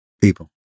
people